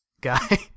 guy